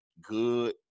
good